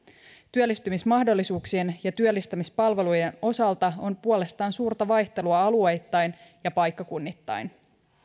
työllistymismahdollisuuksien ja työllistämispalvelujen osalta on puolestaan suurta vaihtelua alueittain ja paikkakunnittain